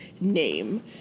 name